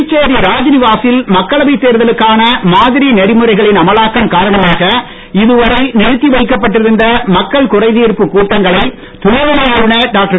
புதுச்சேரி ராஜ்நிவாசில் மக்களவைத் தேர்தலுக்கான மாதிரி நெறிமுறைகளின் அமலாக்கம் காரணமாக இதுவரை நிறுத்தி வைக்கப் பட்டிருந்த மக்கள் குறைதீர்ப்புக் கூட்டங்களை துணைநிலை ஆளுனர் டாக்டர்